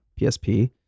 PSP